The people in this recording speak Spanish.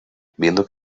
viendo